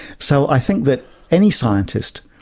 so i think that any scientist